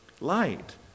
light